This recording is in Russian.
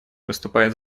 выступает